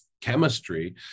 chemistry